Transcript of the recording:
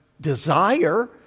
desire